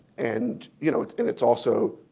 and you know it's it's also